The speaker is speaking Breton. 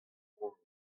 mont